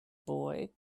boy